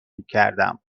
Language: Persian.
میکردم